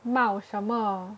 闹什么